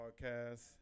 podcast